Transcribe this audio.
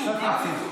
שלכם.